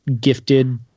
gifted